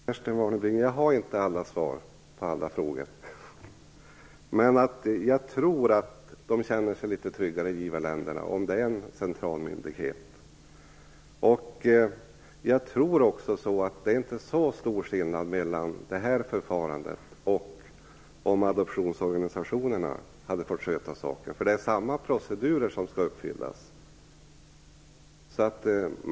Fru talman! Kerstin Warnerbring! Jag har inte alla svar på alla frågor. Men jag tror att givarländerna känner sig litet tryggare om en central myndighet hanterar detta. Jag tror också att det inte är så stor skillnad mellan det här förfarandet och om adoptionsorganisationerna hade fått sköta saken. Det är nämligen samma procedurer som skall uppfyllas.